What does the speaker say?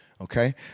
okay